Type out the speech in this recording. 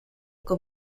con